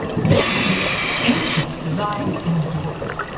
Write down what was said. this ancient design endures.